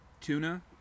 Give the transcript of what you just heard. Tuna